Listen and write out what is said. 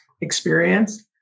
experience